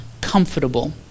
comfortable